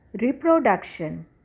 reproduction